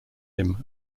him